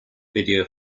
video